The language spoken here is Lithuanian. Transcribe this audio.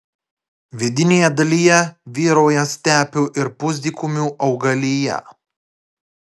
vidinėje dalyje vyrauja stepių ir pusdykumių augalija